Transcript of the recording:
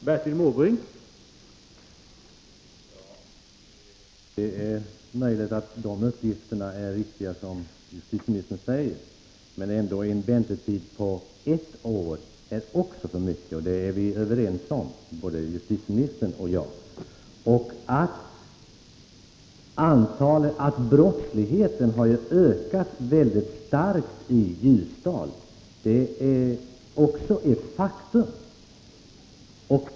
Herr talman! Det är möjligt att justitieministerns uppgifter är riktiga, men en väntetid på ett år är också för mycket. Det är vi överens om, justitieministern och jag. Att brottsligheten har ökat mycket starkt i Ljusdal är också ett faktum.